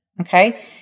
Okay